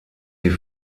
sie